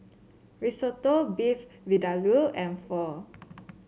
Risotto Beef Vindaloo and Pho